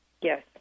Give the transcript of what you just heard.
Yes